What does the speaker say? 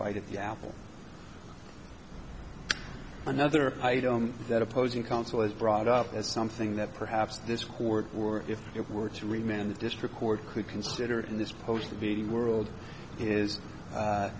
bite at the apple another item that opposing counsel has brought up is something that perhaps this court or if it were to remain in the district court could consider in this post of the world is